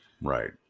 Right